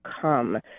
come